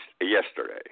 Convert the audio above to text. yesterday